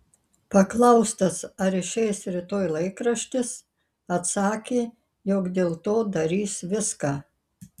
paklaustas ar išeis rytoj laikraštis atsakė jog dėl to darys viską